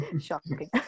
Shocking